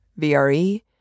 VRE